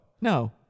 No